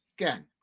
again